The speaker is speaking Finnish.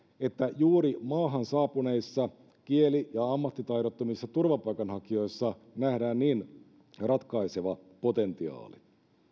että juuri maahan saapuneissa kieli ja ammattitaidottomissa turvapaikanhakijoissa nähdään niin ratkaiseva potentiaali